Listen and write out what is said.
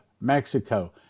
Mexico